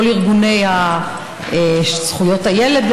כל ארגוני זכויות הילד,